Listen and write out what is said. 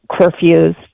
curfews